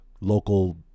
local